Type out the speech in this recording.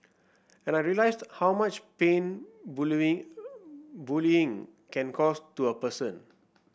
and I realised how much pain bullying bullying can cause to a person